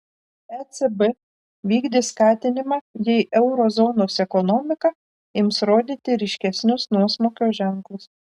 ecb vykdys skatinimą jei euro zonos ekonomika ims rodyti ryškesnius nuosmukio ženklus